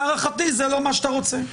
להערכתי זה לא מה שאתה רוצה.